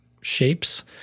shapes